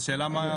השאלה מה הוחלט.